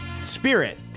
spirit